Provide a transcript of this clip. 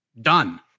Done